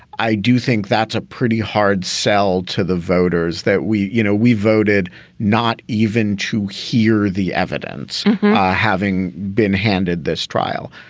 i do think that's a pretty hard sell to the voters that we you know, we voted not even to hear the evidence having been handed this trial.